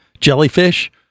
jellyfish